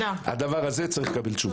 הדבר הזה צריך לקבל תשובות.